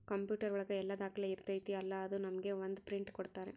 computer ಒಳಗ ಎಲ್ಲ ದಾಖಲೆ ಇರ್ತೈತಿ ಅಲಾ ಅದು ನಮ್ಗೆ ಒಂದ್ ಪ್ರಿಂಟ್ ಕೊಡ್ತಾರ